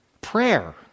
Prayer